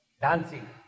dancing